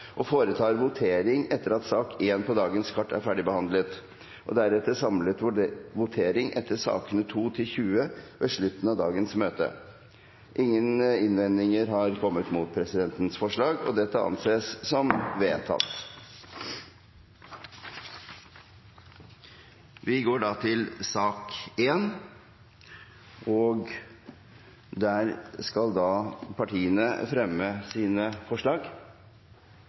og foretar votering etter at sak nr. 1 på dagens kart er ferdigbehandlet, og deretter samlet votering etter sakene nr. 2–20 ved slutten av dagens møte. – Ingen innvendinger er kommet mot presidentens forslag, og det anses vedtatt. Her vil partiene fremme sine forslag.